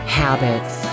habits